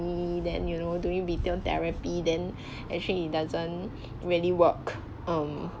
that you know doing retail therapy then actually it doesn't really work um